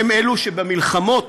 הם שבמלחמות